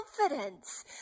confidence